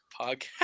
podcast